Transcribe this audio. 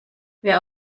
wer